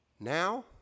Now